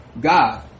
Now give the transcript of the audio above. God